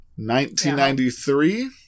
1993